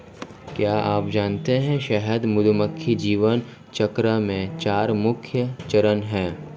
क्या आप जानते है शहद मधुमक्खी जीवन चक्र में चार मुख्य चरण है?